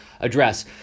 address